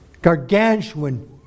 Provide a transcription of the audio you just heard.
Gargantuan